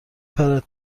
پرد